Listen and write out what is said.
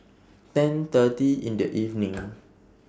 ten thirty in The evening